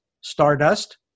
Stardust